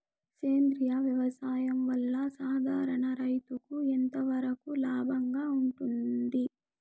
సేంద్రియ వ్యవసాయం వల్ల, సాధారణ రైతుకు ఎంతవరకు లాభంగా ఉంటుంది?